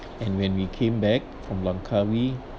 and when we came back from langkawi